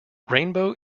rainbow